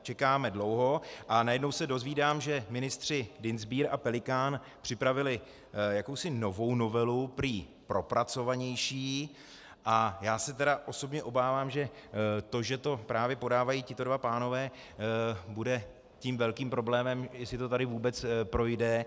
Čekáme dlouho, a najednou se dozvídám, že ministři Dienstbier a Pelikán připravili jakousi novou novelu, prý propracovanější, a já se tedy osobně obávám, že to, že to právě podávají tito dva pánové, bude tím velkým problémem, jestli to tady vůbec projde.